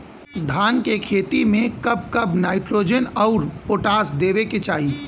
धान के खेती मे कब कब नाइट्रोजन अउर पोटाश देवे के चाही?